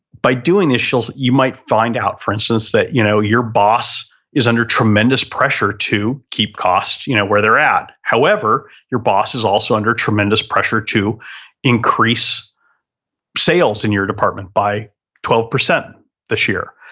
by doing this, you might find out for instance that you know your boss is under tremendous pressure to keep costs you know where they're at however, your boss is also under tremendous pressure to increase sales in your department by twelve percent this year.